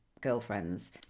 girlfriends